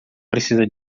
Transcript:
precisa